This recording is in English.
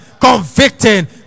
convicting